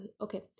Okay